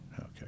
Okay